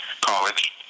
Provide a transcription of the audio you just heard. college